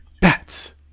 bats